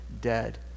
dead